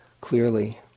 clearly